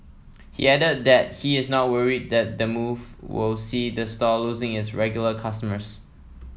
he added that he is not worried that the move will see the store losing its regular customers